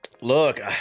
look